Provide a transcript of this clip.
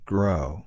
Grow